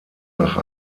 nach